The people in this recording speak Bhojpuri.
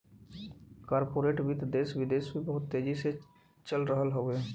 कॉर्पोरेट वित्त देस विदेस में बहुत तेजी से चल रहल हउवे